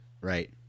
Right